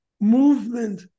movement